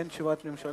אין תשובת ממשלה?